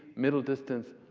middle distance,